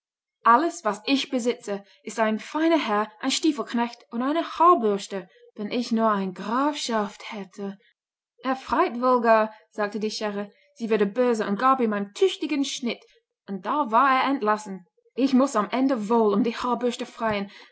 alles was ich besitze ist ein feiner herr ein stiefelknecht und eine haarbürste wenn ich nur eine grafschaft hätte er freit wohl gar sagte die schere sie wurde böse und gab ihm einen tüchtigen schnitt und da war er entlassen ich muß am ende wohl um die haarbürste freien